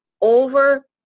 over